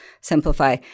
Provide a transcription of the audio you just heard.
simplify